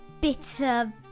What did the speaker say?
bitter